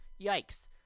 Yikes